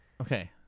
Okay